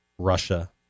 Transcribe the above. Russia